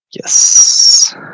Yes